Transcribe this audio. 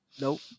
nope